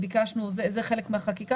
זה חלק מהחקיקה,